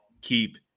keep